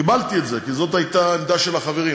קיבלתי את זה, כי זאת הייתה העמדה של החברים.